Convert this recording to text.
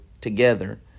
together